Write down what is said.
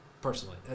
personally